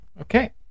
Okay